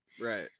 Right